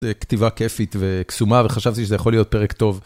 כתיבה כיפית וקסומה וחשבתי שזה יכול להיות פרק טוב.